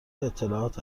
اطلاعات